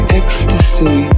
ecstasy